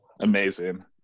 Amazing